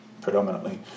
predominantly